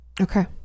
Okay